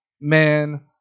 man